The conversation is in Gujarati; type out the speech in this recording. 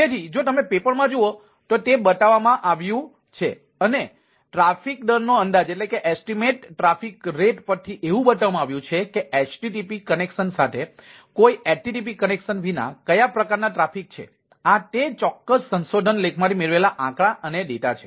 તેથી જો તમે પેપરમાં જુઓ તો તે બતાવવામાં આવ્યું છે અને ટ્રાફિકદરનો અંદાજ પરથી એવું બતાવવામાં આવ્યું છે કે HTTP કનેક્શન સાથે કોઈ HTTP કનેક્શન વિના કયા પ્રકારના ટ્રાફિક છે આ તે ચોક્કસ સંશોધન લેખમાંથી મેળવેલા આંકડા અને ડેટા છે